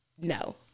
No